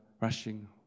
rushing